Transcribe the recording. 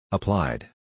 Applied